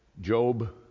Job